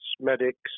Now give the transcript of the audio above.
medics